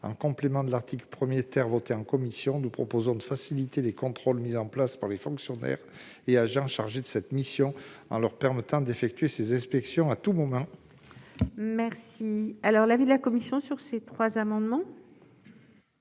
En complément de l'article 1 adopté en commission, nous proposons de faciliter les contrôles mis en place par les fonctionnaires et agents chargés de cette mission, en leur permettant d'effectuer leurs inspections à tout moment. Quel est l'avis de la commission ? L'amendement